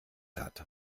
hat